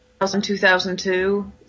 2002